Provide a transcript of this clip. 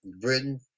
Britain